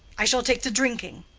i shall take to drinking.